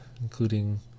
including